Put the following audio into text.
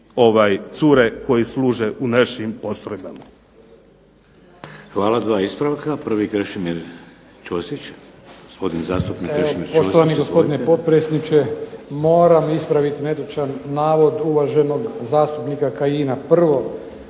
i cure koji služe u našim postrojbama.